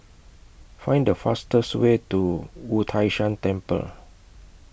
Find The fastest Way to Wu Tai Shan Temple